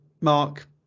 Mark